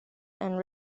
and